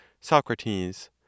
Socrates